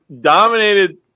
Dominated